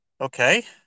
Okay